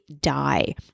die